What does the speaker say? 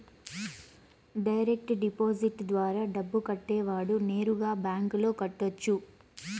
direct deposit ద్వారా డబ్బు కట్టేవాడు నేరుగా బ్యాంకులో కట్టొచ్చు